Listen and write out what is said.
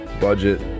budget